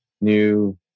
new